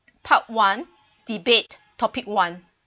part one debate topic one